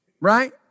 right